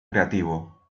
creativo